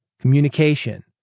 communication